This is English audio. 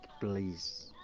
please